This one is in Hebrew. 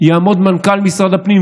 יעמוד מנכ"ל משרד הפנים,